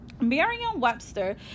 Merriam-Webster